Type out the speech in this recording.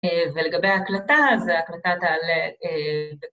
‫ולגבי ההקלטה, אז ‫ההקלטה תעלה...